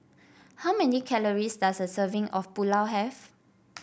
how many calories does a serving of Pulao have